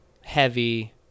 heavy